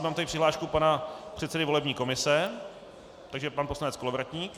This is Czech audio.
Mám tady přihlášku pana předsedy volební komise, takže pan poslanec Kolovratník.